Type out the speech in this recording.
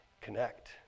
connect